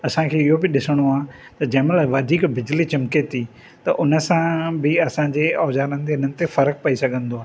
असां खे इहो बि ॾिसिणो आहे त जंहिं महिल वधीक बिजली चिमके थी त उन सां बि असां जे औज़ारनि ते इन्हनि ते फ़र्क़ पई सघंदो आहे